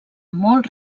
molt